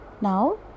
now